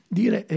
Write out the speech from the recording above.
dire